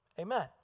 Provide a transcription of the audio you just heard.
Amen